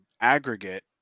aggregate